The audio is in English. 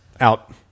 Out